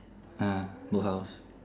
ah boathouse